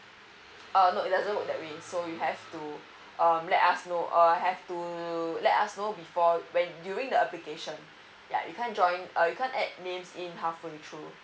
err no it doesn't work that way so you have to um let us know err have to let us know before when during the application yeah you can't join you can't add name is in halfway through